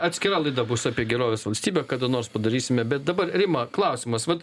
atskira laida bus apie gerovės valstybę kada nors padarysime bet dabar rima klausimas vat